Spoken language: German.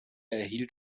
erhielt